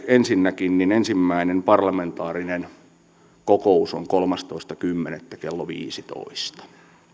ensinnäkin ensimmäinen parlamentaarinen kokous on kolmastoista kymmenettä kello viisitoista